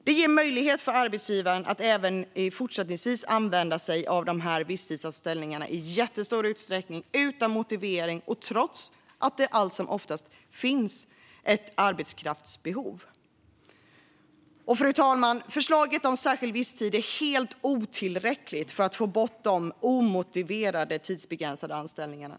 Det ger möjlighet för arbetsgivaren att även fortsättningsvis använda sig av visstidsanställningar i jättestor utsträckning - utan motivering och trots att det allt som oftast finns ett arbetskraftsbehov. Fru talman! Förslaget om särskild visstid är helt otillräckligt för att få bort de omotiverade tidsbegränsade anställningarna.